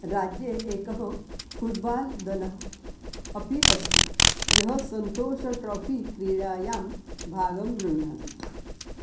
राज्ये एकः फुट्बाल् दलम् अपि अस्ति यः सन्तोषट्राफ़ि क्रीडायां भागं गृह्णाति